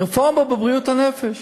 רפורמה בבריאות הנפש,